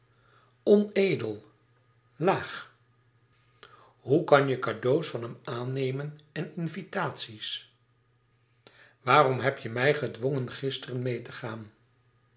hoe kan je cadeaux van hem aannemen en invitaties waarom heb je mij gedwongen gisteren meê te gaan